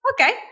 Okay